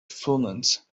furnace